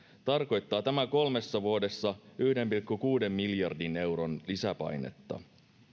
tarkoittaa tämä kolmessa vuodessa yhden pilkku kuuden miljardin euron lisäpainetta